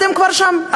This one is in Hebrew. אתם כבר שם,